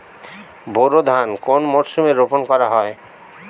বোরো ধান কোন মরশুমে রোপণ করা হয়?